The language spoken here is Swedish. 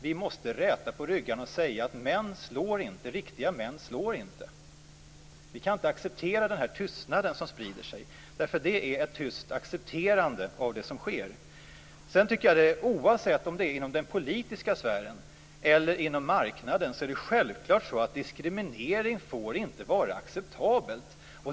Vi måste räta på ryggarna och säga: Riktiga män slår inte! Vi kan inte acceptera den tystnad som sprider sig. Den är nämligen ett tyst accepterande av det som sker. Oavsett om det sker inom den politiska sfären eller inom marknaden får diskriminering självfallet inte vara acceptabelt.